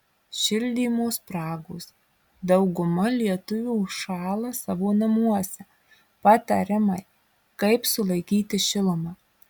šildymo spragos dauguma lietuvių šąla savo namuose patarimai kaip sulaikyti šilumą